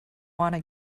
wanna